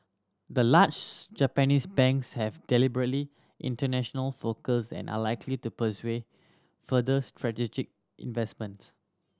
the large Japanese banks have deliberately international focus and are likely to further strategic investment